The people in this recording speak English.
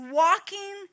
walking